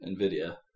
NVIDIA